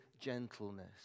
gentleness